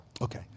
Okay